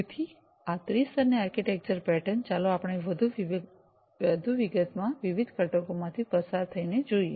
તેથી આ ત્રિ સ્તરની આર્કિટેક્ચર પેટર્ન ચાલો આપણે વધુ વિગતમાં વિવિધ ઘટકોમાંથી પસાર થઈ ને જોઈએ